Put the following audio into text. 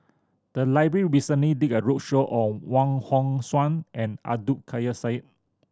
the library recently did a roadshow on Wong Hong Suen and Abdul Kadir Syed